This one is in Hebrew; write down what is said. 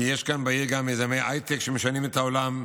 כי יש כאן בעיר גם מיזמי הייטק שמשנים את העולם,